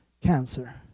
cancer